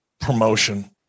promotion